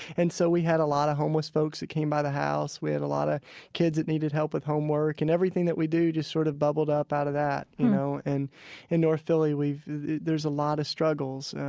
and so we had a lot of homeless folks that came by the house we had a lot of kids that needed help with homework. and everything that we do just sort of bubbled up out of that, you know? and in north philly, we've there's a lot of struggles,